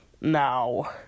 now